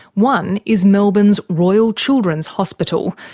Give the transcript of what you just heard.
one is melbourne's royal children's hospital,